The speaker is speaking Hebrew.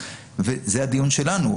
זה הדיון שלנו.